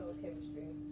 chemistry